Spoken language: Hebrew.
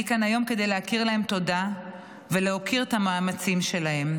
אני כאן היום כדי להכיר להם תודה ולהוקיר את המאמצים שלהם.